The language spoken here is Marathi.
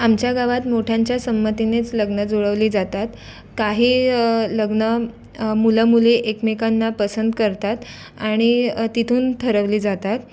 आमच्या गावात मोठ्यांच्या संमतीनेच लग्नं जुळवली जातात काही लग्नं मुलं मुली एकमेकांना पसंत करतात आणि तिथून ठरवली जातात